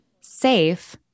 safe